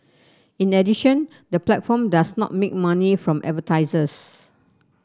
in addition the platform does not make money from advertisers